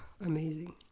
amazing